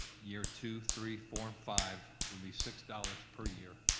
year two, three, four, and five will be six dollars per year,